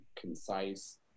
concise